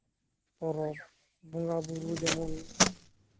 ᱯᱚᱨᱚᱵᱽ ᱵᱚᱸᱜᱟᱼᱵᱩᱨᱩ ᱡᱮᱢᱚᱱ